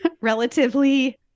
relatively